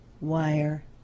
wire